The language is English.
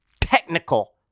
technical